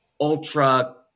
ultra